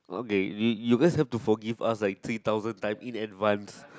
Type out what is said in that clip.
okay you you guys have to forgive us like three thousand times in advance